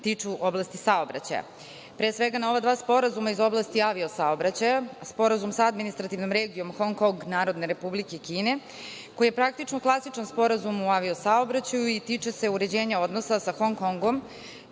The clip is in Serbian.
tiču oblasti saobraćaja. Pre svega, na ova dva sporazuma iz oblasti avio saobraćaja, Sporazum sa administrativnom regijom Hong Kong Narodne Republike Kine, koji je praktično klasičan sporazum u avio saobraćaju i tiče se uređenja odnosa sa Hong Kongom,